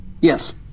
yes